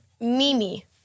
Mimi